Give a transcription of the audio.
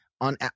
On